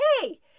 hey